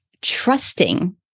trusting